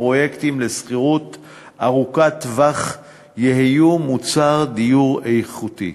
הפרויקטים לשכירות ארוכת טווח יביאו למוצר דיור איכותי.